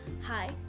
Hi